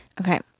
Okay